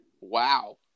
Wow